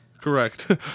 Correct